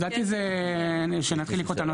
אולי כשמשרד הבריאות